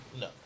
No